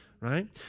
Right